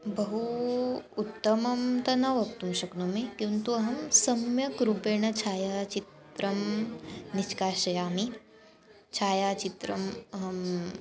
बहु उत्तमं तत् वक्तुं शक्नोमि किन्तु अहं सम्यग्रूपेण छायाचित्रं निष्कासयामि छायाचित्रम् अहं